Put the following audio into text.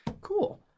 Cool